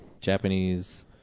Japanese